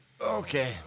Okay